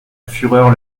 fureur